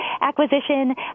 acquisition